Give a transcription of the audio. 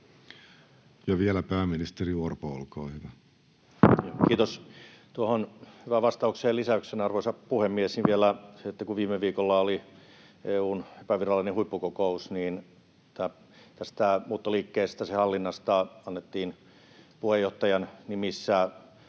Ja vielä pääministeri Orpo, olkaa hyvä. Kiitos. Tuohon hyvään vastaukseen lisäyksenä, arvoisa puhemies, vielä se, että kun viime viikolla oli EU:n epävirallinen huippukokous, niin tästä muuttoliikkeestä, sen hallinnasta, annettiin puheenjohtajan nimissä